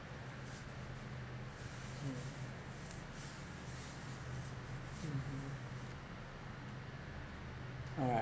mm mmhmm alright